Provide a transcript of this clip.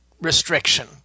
restriction